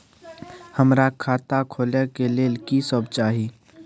हमरा खाता खोले के लेल की सब चाही?